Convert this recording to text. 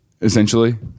Essentially